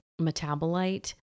metabolite